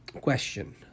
question